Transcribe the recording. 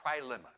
trilemma